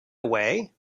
away